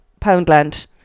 Poundland